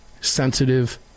sensitive